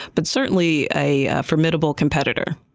but certainly a formidable competitor.